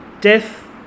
death